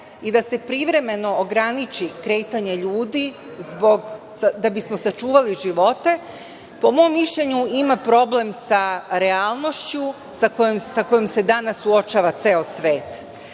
i da se privremeno ograniči kretanje ljudi da bismo sačuvali živote, po mom mišljenju ima problem sa realnošću sa kojom se danas suočava ceo svet.